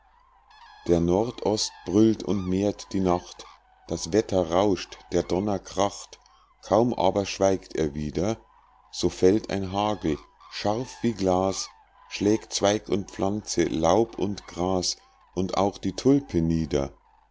der nordost brüllt und mehrt die nacht das wetter rauscht der donner kracht kaum aber schweigt er wieder so fällt ein hagel scharf wie glas schlägt zweig und pflanze laub und gras und auch die tulpe nieder